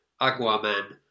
Aquaman